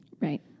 Right